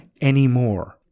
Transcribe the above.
anymore